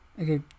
Okay